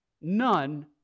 None